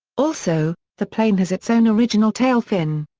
also, the plane has its own original tail fin.